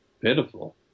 pitiful